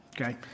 okay